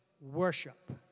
Worship